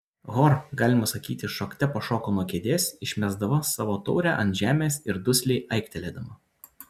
hor galima sakyti šokte pašoko nuo kėdės išmesdama savo taurę ant žemės ir dusliai aiktelėdama